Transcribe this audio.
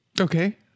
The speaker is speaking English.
Okay